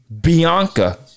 Bianca